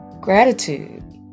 gratitude